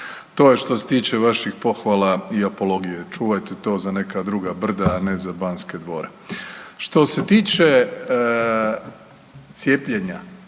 To je što se tiče vaših pohvala i apologije. Čuvajte to za neka druga brda, a ne za Banske dvore. Što se tiče cijepljenja,